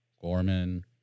Gorman